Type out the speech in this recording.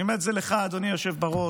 אני אומר את זה לך, אדוני היושב בראש,